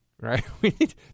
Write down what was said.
right